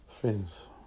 Friends